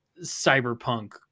cyberpunk